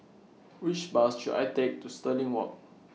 Which Bus should I Take to Stirling Walk